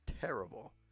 terrible